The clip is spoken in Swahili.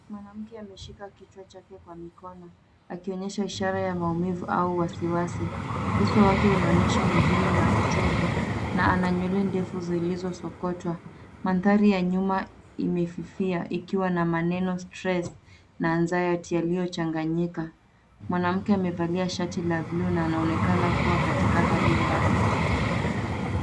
Mwanamke ameshika kichwa chake kwa mikono, akionesha ishara ya maumivu au wasiwasi. Uso wake unaonyesha huzuni na uchovu na ana nywele ndefu zilizo sokotwa. Mandhari ya nyuma imefifia ikiwa na maneno stress na anxiety yaliyochanganyika. Mwanamke amevalia shati la bluu na anaonekana kuwa katika hali mbaya.